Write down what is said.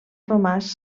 romàs